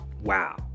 Wow